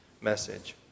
message